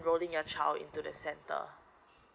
enrolling your child into the center